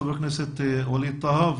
חבר הכנסת ווליד טאהא לדבר,